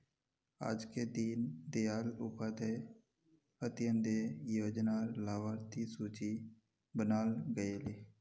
आजके दीन दयाल उपाध्याय अंत्योदय योजना र लाभार्थिर सूची बनाल गयेल